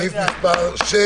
הסתייגות מס' 7